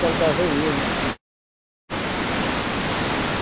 चलदा स्हेई ऐ ऐहीं